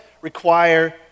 require